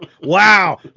Wow